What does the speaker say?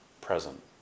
present